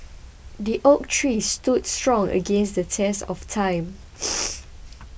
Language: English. the oak tree stood strong against the test of time